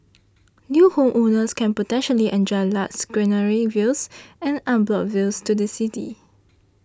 new homeowners can potentially enjoy lush greenery views and unblocked views to the city